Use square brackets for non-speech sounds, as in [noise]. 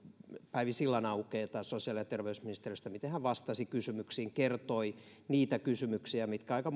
päivi sillanaukeeta sosiaali ja terveysministeriöstä miten hän vastasi kysymyksiin kertoi niitä kysymyksiä mitkä aika [unintelligible]